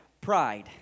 pride